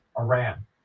Iran